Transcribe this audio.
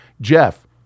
Jeff